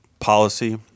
policy